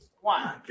one